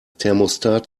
thermostat